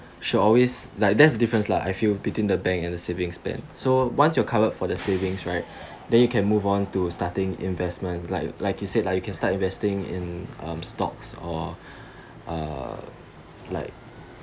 should always like that's the difference lah I feel between the bank and the savings plan so once you are covered for the savings right then you can move on to starting investment like like you said like you can start investing in um stocks or uh like